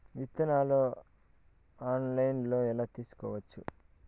విత్తనాలను ఆన్లైన్లో ఎలా తీసుకోవచ్చు